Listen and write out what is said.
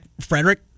Frederick